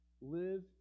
live